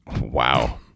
Wow